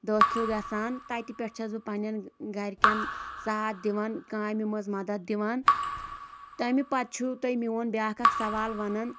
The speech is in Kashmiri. دٲخِل گژھان تَتہِ پٮ۪ٹھ چھَس بہٕ پَننیٚن گَرِکیٚن ساتھ دِوان کامہِ منٛز مدد دِوان تٔمہِ پَتہٕ چھُو تۄہہِ میون بیاکھ اَکھ سوال وَنان